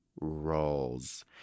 roles